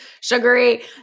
sugary